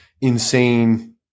insane